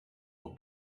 were